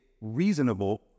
reasonable